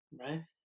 Right